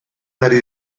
ari